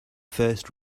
first